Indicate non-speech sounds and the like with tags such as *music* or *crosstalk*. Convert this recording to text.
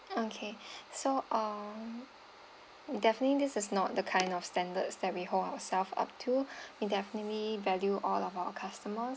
okay *breath* so um definitely this is not the kind of standards that we hold ourselves up to *breath* we definitely value all of our customers